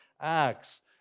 Acts